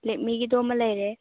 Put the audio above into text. ꯂꯤꯛꯃꯤꯒꯤꯗꯨ ꯑꯃ ꯂꯩꯔꯦ